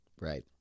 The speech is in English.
Right